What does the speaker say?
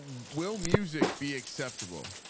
will music be acceptable.